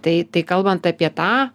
tai tai kalbant apie tą